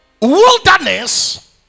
Wilderness